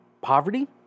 Poverty